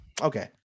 okay